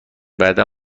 بعدا